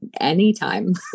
anytime